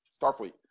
Starfleet